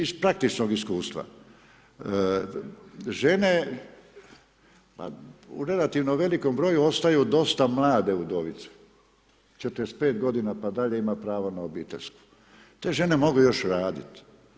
Iz praktičnog iskustva, žene u relativno velikom broju ostaju dosta mlade udovice, 45 godina pa dalje, ima pravo na obiteljsku, te žene mogu još radit.